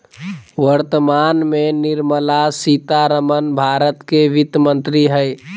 वर्तमान में निर्मला सीतारमण भारत के वित्त मंत्री हइ